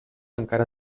encara